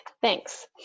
thanks